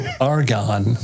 Argon